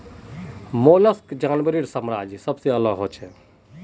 mollusc जानवरेर साम्राज्यत सबसे अलग हछेक